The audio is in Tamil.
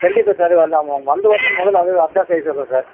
கண்டிப்பாக சார் வந்து அவன் வந்தஉடனே முதலில் அது தான் அதை தான் செய்ய சொல்லுறேன் சார்